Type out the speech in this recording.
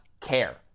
care